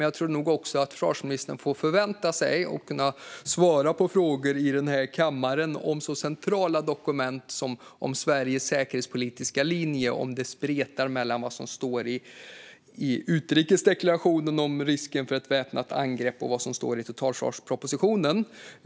Jag tror att försvarsministern får förvänta sig att han ska kunna svara på frågor i denna kammare om centrala dokument som rör Sveriges säkerhetspolitiska linje, om det spretar mellan vad som står i utrikesdeklarationen om risken för ett väpnat angrepp och vad som står i totalförsvarspropositionen.